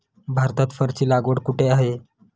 भारतात फरची लागवड कुठे आहे?